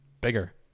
bigger